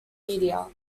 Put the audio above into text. media